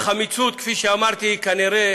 החמיצות, כפי שאמרתי היא כנראה